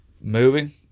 moving